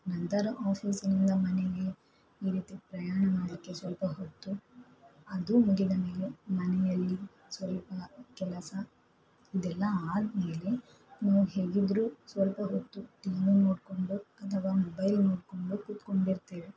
ನಂತರ ಆಫೀಸ್ನಿಂದ ಮನೆಗೆ ಈ ರೀತಿ ಪ್ರಯಾಣ ಮಾಡಲಿಕ್ಕೆ ಸ್ವಲ್ಪ ಹೊತ್ತು ಅದು ಮುಗಿದ ಮೇಲೆ ಮನೆಯಲ್ಲಿ ಸ್ವಲ್ಪ ಕೆಲಸ ಇದೆಲ್ಲ ಆದಮೇಲೆ ನಾವು ಹೇಗಿದ್ದರೂ ಸ್ವಲ್ಪ ಹೊತ್ತು ಟಿ ವಿ ನೋಡಿಕೊಂಡು ಅಥವಾ ಮೊಬೈಲ್ ನೋಡಿಕೊಂಡು ಕುತ್ಕೊಂಡಿರ್ತೀವಿ